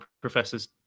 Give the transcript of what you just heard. professors